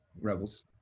rebels